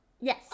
Yes